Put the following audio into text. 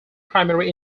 primary